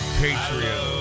patriot